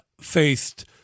faced